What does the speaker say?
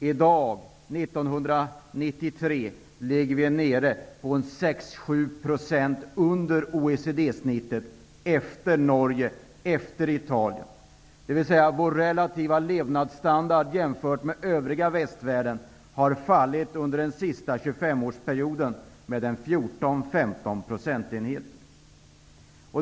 I dag, 1993, ligger vi nere på 6--7 % under OECD snittet, efter Norge, efter Italien. Vår relativa levnadsstandard jämfört med övriga västvärlden har under den senaste 25 årsperioden fallit med 14-- 15 procentenheter.